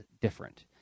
different